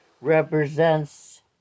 represents